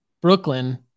Brooklyn